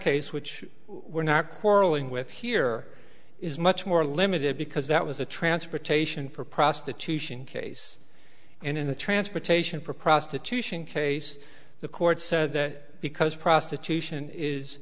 case which we're not quarrelling with here is much more limited because that was a transportation for prostitution case and in the transportation for prostitution case the court said that because prostitution is